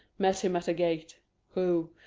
met him at gate who,